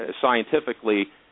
scientifically